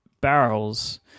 barrels